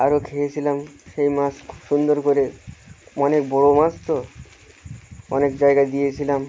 আরও খেয়েছিলাম সেই মাছ খুব সুন্দর করে অনেক বড়ো মাছ তো অনেক জায়গায় দিয়েছিলাম